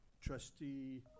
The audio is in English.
Trustee